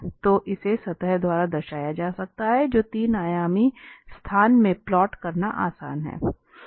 तो इसे सतह द्वारा दर्शाया जा सकता है जो 3 आयामी स्थान में प्लॉट करना आसान है